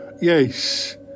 Yes